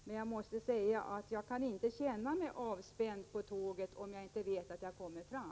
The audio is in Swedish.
Men jag måste säga att jag inte kan känna mig avspänd på tåget om jag inte vet att jag kommer fram.